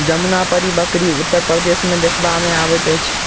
जमुनापारी बकरी उत्तर प्रदेश मे देखबा मे अबैत अछि